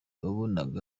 wabonaga